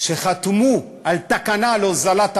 חתמו על תקנה להורדת המחירים,